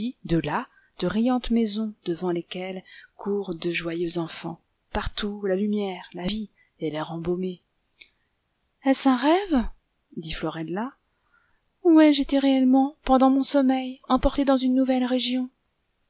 de là de riantes maisons devant lesquelles courent de joyeux enfants partout la lumière la vie et l'air embaumé a est-ce un rêve dit florella ou ai-je été réellement pendant mon sommeil emportée dans une nouvelle région